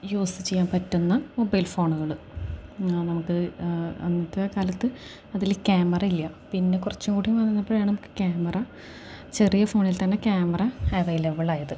use ചെയ്യാൻ പറ്റുന്ന mobile ഫോണുകൾ നമുക്ക് അന്നത്തെ കാലത്ത് അതിൽ ക്യാമറ ഇല്ല പിന്നെ കുറച്ചും കൂടി വളർന്നപ്പോഴാണ് നമുക്ക് ക്യാമറ ചെറിയ ഫോണിൽ തന്നെ ക്യാമറ അവൈലബിൾ ആയത്